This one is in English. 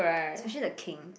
especially the king